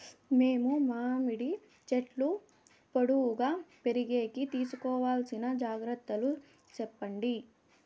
మేము మామిడి చెట్లు పొడువుగా పెరిగేకి తీసుకోవాల్సిన జాగ్రత్త లు చెప్పండి?